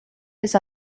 his